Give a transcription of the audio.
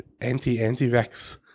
anti-anti-vax